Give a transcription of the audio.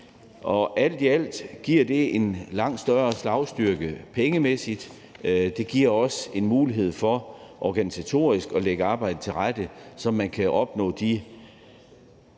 giver alt i alt en langt større slagstyrke pengemæssigt. Det giver også en mulighed for organisatorisk at lægge arbejdet til rette på en måde, så man kan opnå de